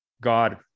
god